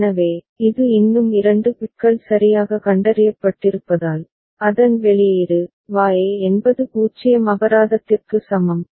எனவே இது இன்னும் இரண்டு பிட்கள் சரியாக கண்டறியப்பட்டிருப்பதால் அதன் வெளியீடு Y என்பது 0 அபராதத்திற்கு சமம்